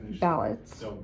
ballots